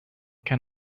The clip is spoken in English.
can